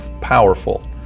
powerful